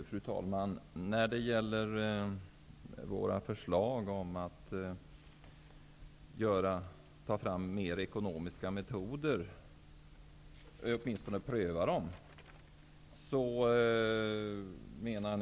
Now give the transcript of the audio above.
Fru talman! Jag återkommer till våra förslag om att ta fram fler ekonomiska metoder, eller att åtminstone pröva fler metoder.